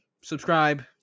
Subscribe